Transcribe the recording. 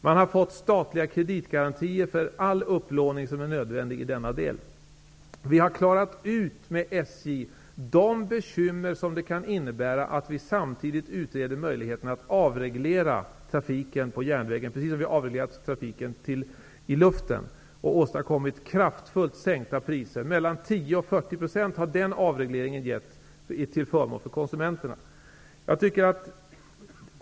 Man har fått statliga kreditgarantier för all upplåning som är nödvändig i detta avseende. JVi har med SJ klarat ut de bekymmer som eventuellt kan vara förenade med att vi samtidigt utreder möjligheterna att avreglera trafiken på järnvägarna, precis som vi har avreglerat trafiken i luften och åstadkommit kraftfullt sänkta priser. Den avregleringen har givit 10--40 % till konsumenternas fördel.